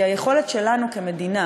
כי היכולת שלנו כמדינה,